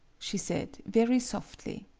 she said, very softly.